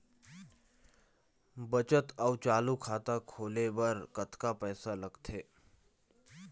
बचत अऊ चालू खाता खोले बर कतका पैसा लगथे?